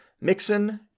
Mixon